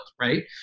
right